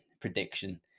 prediction